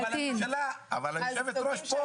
אבל היושבת-ראש פה